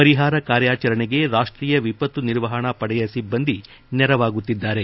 ಪರಿಹಾರ ಕಾರ್ಯಾಚರಣೆಗೆ ರಾಷ್ಟೀಯ ವಿಪತ್ತು ನಿರ್ವಹಣಾ ಪಡೆಯ ಸಿಬ್ಬಂದಿ ನೆರವಾಗುತ್ತಿದ್ದಾರೆ